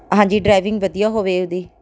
ਹਾਂਜੀ ਡਰਾਈਵਿੰਗ ਵਧੀਆ ਹੋਵੇ ਉਹਦੀ